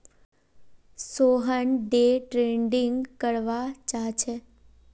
Sohan day trading करवा चाह्चे